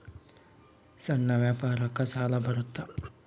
ಸಣ್ಣ ವ್ಯಾಪಾರಕ್ಕ ಸಾಲ ಬರುತ್ತಾ?